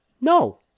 No